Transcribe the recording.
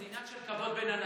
זה עניין של כבוד בין אנשים.